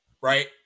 Right